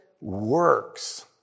works